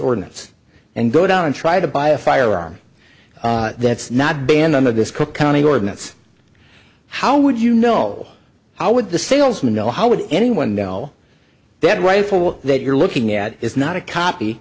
ordinance and go down and try to buy a firearm that's not banned on the this cook county ordinance how would you know how would the salesman know how would anyone know that rifle that you're looking at is not a copy